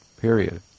period